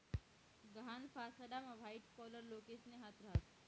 गहाण फसाडामा white collar लोकेसना हात रास